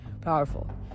powerful